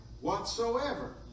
whatsoever